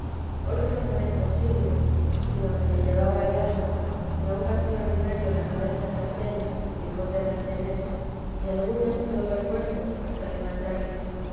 otras era imposible sino que me llevaba el alma y aun casi ordinario la cabeza tras ella sin poderla tener y algunas todo el cuerpo hasta levantarle